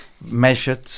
measured